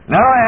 Now